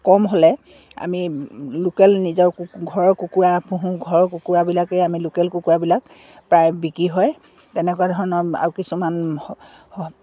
কম হ'লে আমি লোকেল নিজৰ কুকু ঘৰৰ কুকুৰা পুহোঁ ঘৰৰ কুকুৰাবিলাকেই আমি লোকেল কুকুৰাবিলাক প্ৰায় বিক্ৰী হয় তেনেকুৱা ধৰণৰ আৰু কিছুমান